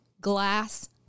glass